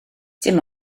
dim